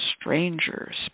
strangers